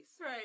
Right